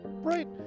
Right